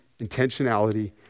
intentionality